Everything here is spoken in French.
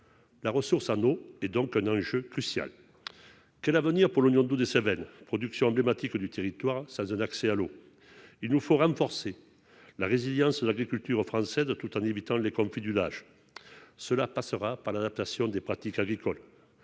La ressource en eau représente donc un enjeu crucial. Quel avenir pour l'oignon doux des Cévennes, production emblématique du territoire, sans un accès à l'eau ? Il nous faut renforcer la résilience de l'agriculture française, tout en évitant les conflits d'usage. Cela passera par l'adaptation des pratiques agricoles,